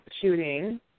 shooting